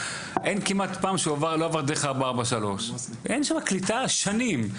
אין כמעט פעם שהוא לא עבר דרך 443. אין שם קליטה שנים.